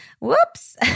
Whoops